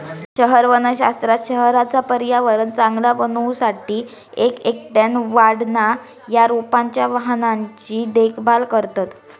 शहर वनशास्त्रात शहराचा पर्यावरण चांगला बनवू साठी एक एकट्याने वाढणा या रोपांच्या वाहनांची देखभाल करतत